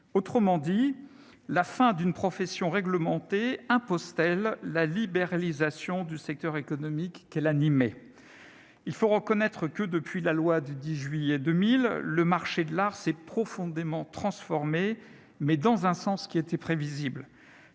Autrement dit, la fin d'une profession réglementée impose-t-elle la libéralisation du secteur économique qu'elle animait ? Il faut reconnaître que, depuis la loi du 10 juillet 2000, le marché de l'art s'est profondément transformé, dans un sens qui était prévisible.